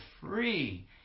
free